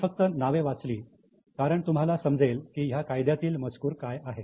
मी फक्त नावे वाचली कारण तुम्हाला समजेल की ह्या कायद्यातील मजकूर काय आहे